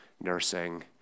nursing